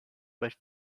but